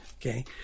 okay